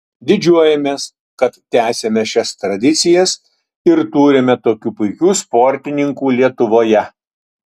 didžiuojamės kad tęsiame šias tradicijas ir turime tokių puikių sportininkų lietuvoje